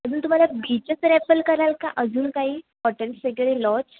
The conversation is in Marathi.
अजून तुम्हाला बीचच रॅपल कराल का अजून काही हॉटेल्स वगैरे लॉच